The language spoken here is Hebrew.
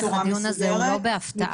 זה לא בהפתעה.